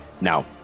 Now